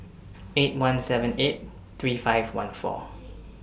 eight one seven eight three five one four